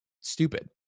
stupid